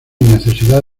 necesidad